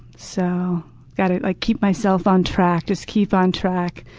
so got to like keep myself on track. just keep on track.